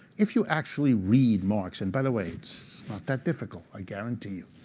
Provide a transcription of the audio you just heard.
if you actually read marx, and by the way, it's not that difficult, i guarantee you.